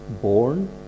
born